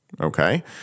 Okay